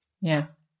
Yes